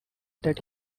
that